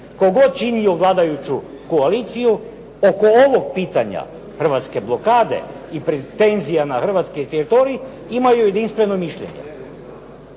god činio vladajuću koaliciju oko ovog pitanja hrvatske blokade i pretenzija na hrvatski teritorij imaju jedinstveno mišljenje.